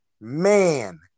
man